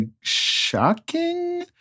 shocking